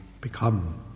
become